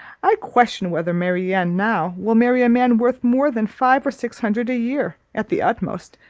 i question whether marianne now, will marry a man worth more than five or six hundred a-year, at the utmost,